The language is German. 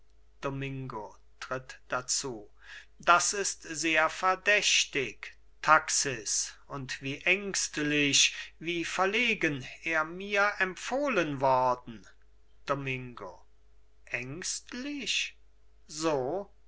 domingo tritt dazu das ist sehr verdächtig taxis und wie ängstlich wie verlegen er mir empfohlen worden domingo ängstlich so